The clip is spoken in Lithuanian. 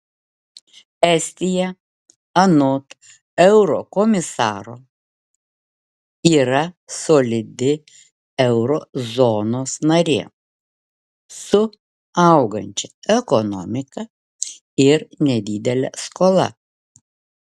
estija anot eurokomisaro yra solidi euro zonos narė su augančia ekonomika ir nedidele skola